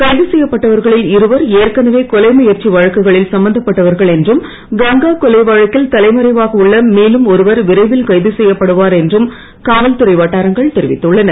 கைது செய்யப்பட்டவர்களில் இருவர் ஏற்கனவே கொலை முயற்சி வழக்குகளில் சம்பந்தப் பட்டவர்கள் என்றும் கங்கா கொலை வழக்கில் தலைமறைவாக உள்ள மேலும் ஒருவர் விரைவில் செய்யப்படுவார் என்றும் காவல்துறை வட்டாரங்கள் கைக தெரிவித்துள்ளன